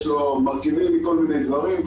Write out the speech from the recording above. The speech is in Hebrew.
יש לו מרכיבים מכל מיני דברים,